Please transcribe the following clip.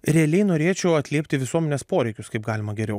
realiai norėčiau atliepti visuomenės poreikius kaip galima geriau